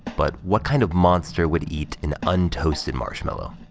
but what kind of monster would eat an untoasted marshmallow?